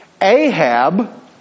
Ahab